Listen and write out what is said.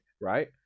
right